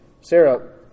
Sarah